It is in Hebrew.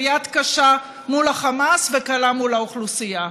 יד קשה מול החמאס וקלה מול האוכלוסייה,